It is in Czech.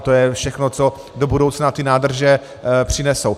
To je všechno, co do budoucna ty nádrže přinesou.